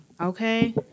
Okay